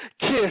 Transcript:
kiss